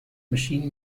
machine